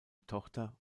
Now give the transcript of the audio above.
tochter